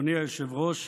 אדוני היושב-ראש,